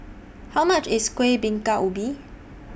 How much IS Kueh Bingka Ubi